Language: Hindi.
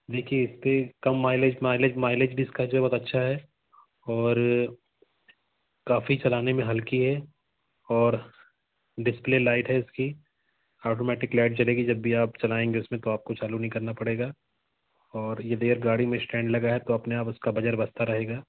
देखिए इस पर कम माइलेज माइलेज माइलेज इस का जो बहुत अच्छा है और काफ़ी चलाने में हल्की है और डिस्प्ले लाइट है इसकी आटोमैटिक लाइट जलेगी जब भी आप चलाएंगे उसमें तो आपको चालू नहीं करना पड़ेगा और यदि अगर गाड़ी में इस्टैंड लगा है तो अपने आप उसका बजर बजता रहेगा